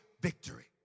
victory